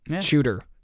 shooter